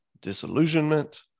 disillusionment